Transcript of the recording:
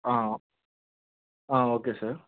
okay sir